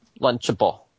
Lunchable